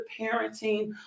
parenting